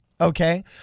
okay